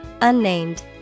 Unnamed